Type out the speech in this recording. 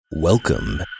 Welcome